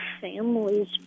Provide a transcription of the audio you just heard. families